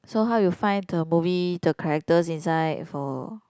so how you find the movie the characters inside for